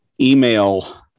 email